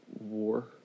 war